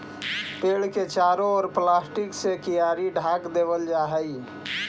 पेड़ के चारों ओर प्लास्टिक से कियारी ढँक देवल जा हई